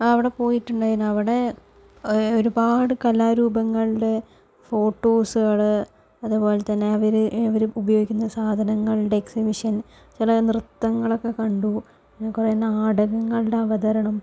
അവിടെ പോയിട്ടുണ്ടായിരുന്നു അവിടെ ഒരുപാട് കലാരൂപങ്ങളുടെ അതുപോലെത്തന്നെ അവര് അവര് ഉപയോഗിക്കുന്ന സാധനങ്ങളുടെ എക്സിബിഷൻ ചില നൃത്തങ്ങളൊക്കെ കണ്ടു പിന്നെ കുറേ നാടകങ്ങളുടെ അവതരണം